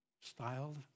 Styled